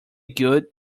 good